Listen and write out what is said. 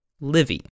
Livy